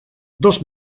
dos